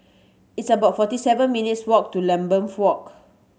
it's about forty seven minutes' walk to Lambeth Walk